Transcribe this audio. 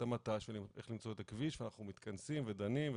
המת"ש ואיך למצוא את הכביש ואנחנו מתכנסים ודנים,